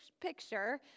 picture